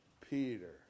Peter